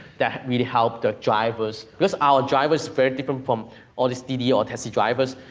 that really helped the drivers. because our drivers are very different from all these didi or taxi drivers.